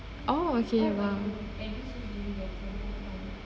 oh okay !wow!